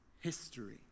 history